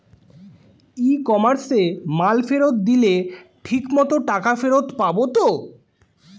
ই কমার্সে মাল ফেরত দিলে ঠিক মতো টাকা ফেরত পাব তো?